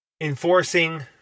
enforcing